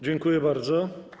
Dziękuję bardzo.